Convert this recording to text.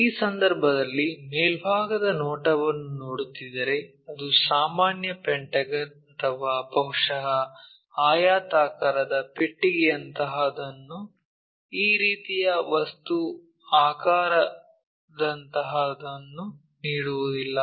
ಆ ಸಂದರ್ಭದಲ್ಲಿ ಮೇಲ್ಭಾಗದ ನೋಟವನ್ನು ನೋಡುತ್ತಿದ್ದರೆ ಅದು ಸಾಮಾನ್ಯ ಪೆಂಟಗನ್ ಅಥವಾ ಬಹುಶಃ ಆಯತಾಕಾರದ ಪೆಟ್ಟಿಗೆಯಂತಹದನ್ನು ಈ ರೀತಿಯ ವಸ್ತು ಆಕಾರದಂತಹದನ್ನು ನೀಡುವುದಿಲ್ಲ